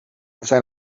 zijn